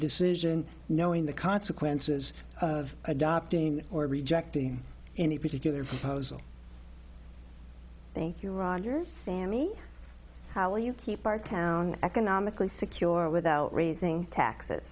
decision knowing the consequences of adopting or rejecting any particular thank you roger sami how will you keep our town economically secure without raising taxes